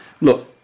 Look